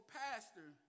pastor